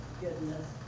goodness